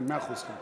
תחרות, תחרות.